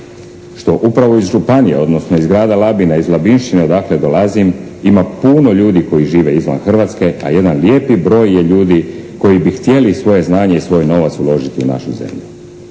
što upravo iz županije odnosno iz grada Labina, iz Labinšćine odakle dolazim ima puno ljudi koji žive izvan Hrvatske a jedan lijepi broj je ljudi koji bi htjeli svoje znanje i svoj novac uložiti u našu zemlju.